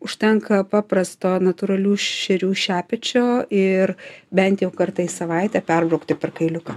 užtenka paprasto natūralių šerių šepečio ir bent jau kartą į savaitę perbraukti per kailiuką